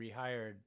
rehired